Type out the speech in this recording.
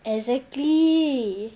exactly